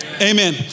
amen